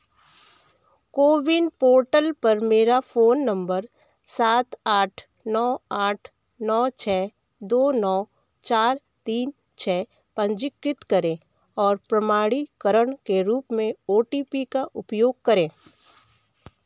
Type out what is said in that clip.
CoWIN portal पर मेरा phone number सात आठ नौ आठ नौ छः दो नौ चार तीन छः पंजीकृत करें और प्रमाणीकरण के रूप में ओ टी पी का उपयोग करें